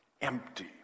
empty